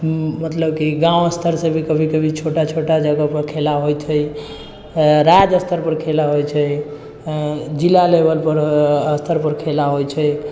मतलब कि गाँव स्तरसँ कभी कभी छोटा छोटा जगहपर खेला होइत है राज्य स्तरपर खेला होइ छै जिला लेवलपर स्तरपर खेला होइ छै